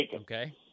Okay